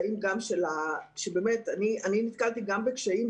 אני נתקלתי גם בקשיים,